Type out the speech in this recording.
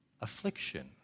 affliction